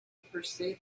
pursue